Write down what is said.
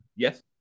Yes